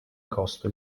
costo